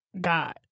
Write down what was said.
God